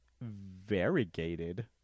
Variegated